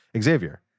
Xavier